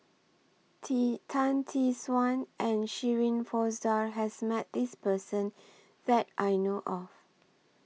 Tee Tan Tee Suan and Shirin Fozdar has Met This Person that I know of